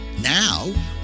Now